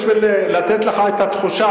בשביל לתת לך את התחושה,